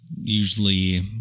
usually